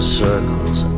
circles